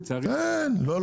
לצערי --- לא,